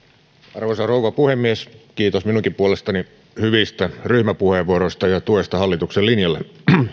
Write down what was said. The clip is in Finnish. arvoisa rouva puhemies kiitos minunkin puolestani hyvistä ryhmäpuheenvuoroista ja tuesta hallituksen linjalle